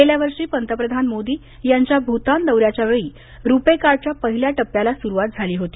गेल्या वर्षी पंतप्रधान मोदी यांच्या भूतान दौऱ्यावेळी रूपे कार्डच्या पहिल्या टप्प्याला सुरुवात झाली होती